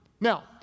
Now